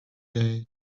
day